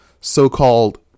so-called